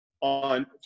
on